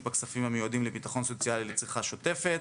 בכספים המיועדים לביטחון סוציאלי לצריכה שוטפת,